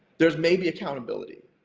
there's maybe accountability.